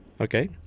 Okay